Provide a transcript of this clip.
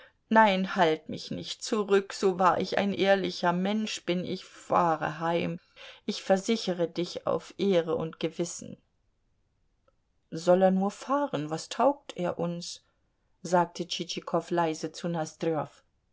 nein halt mich nicht zurück so wahr ich ein ehrlicher mensch bin ich fahre heim ich versichere dich auf ehre und gewissen soll er nur fahren was taugt er uns sagte tschitschikow leise zu